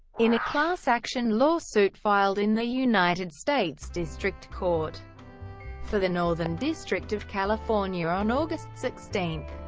in a class action lawsuit filed in the united states district court for the northern district of california on august sixteen,